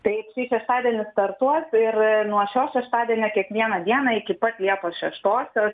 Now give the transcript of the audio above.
taip šį šeštadienį startuos ir nuo šio šeštadienio kiekvieną dieną iki pat liepos šeštosios